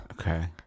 Okay